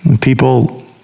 people